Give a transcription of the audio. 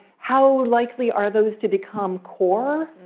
how likely are those to become core?